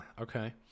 okay